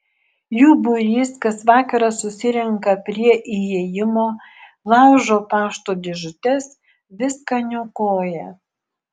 jų būrys kas vakarą susirenka prie įėjimo laužo pašto dėžutes viską niokoja